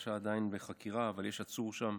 הפרשה עדיין בחקירה, אבל יש עצור שם